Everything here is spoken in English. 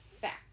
Fact